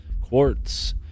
quartz